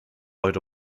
heute